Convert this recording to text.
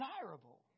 desirable